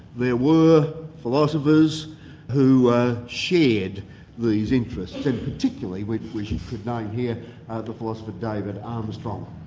there were philosophers who shared these interests, and particularly we we could name here the philosopher david armstrong.